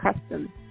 custom